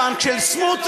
הבנק של סמוטריץ,